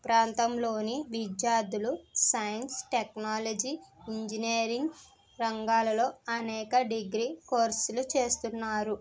ప్రాంతంలోని విద్యార్థులు science technology engineering రంగాలలో అనేక డిగ్రీ కోర్సులు చేస్తున్నారు